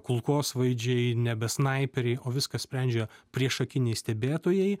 kulkosvaidžiai nebe snaiperiai o viską sprendžia priešakiniai stebėtojai